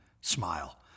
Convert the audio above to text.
smile